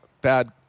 bad